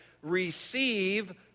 receive